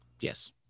Yes